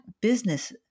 business